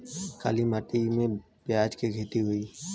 काली माटी में प्याज के खेती होई?